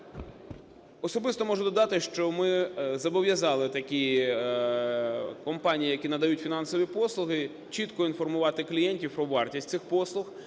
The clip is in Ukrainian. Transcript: Особисто можу додати, що ми зобов'язали такі компанії, які надають фінансові послуги, чітко інформувати клієнтів про вартість цих послуг,